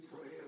pray